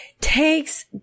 takes